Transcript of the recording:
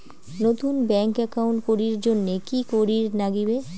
নতুন bank account করির জন্যে কি করিব নাগিবে?